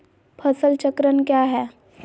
फसल चक्रण क्या है?